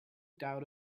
doubt